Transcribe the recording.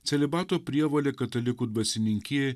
celibato prievolė katalikų dvasininkijai